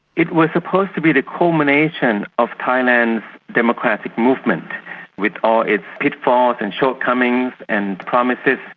it was supposed to be the culmination of thailand's democratic movement with all its pitfalls and shortcomings and promises,